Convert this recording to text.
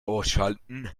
ausschalten